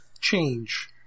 change